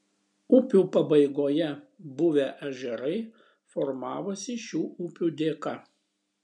upių pabaigoje buvę ežerai formavosi šių upių dėka